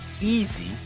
easy